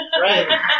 Right